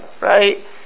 right